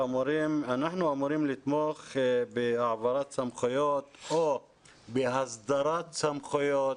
אנחנו אמורים לתמוך בהעברת סמכויות או בהסדרת סמכויות,